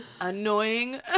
annoying